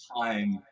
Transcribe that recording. time